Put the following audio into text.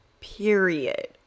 period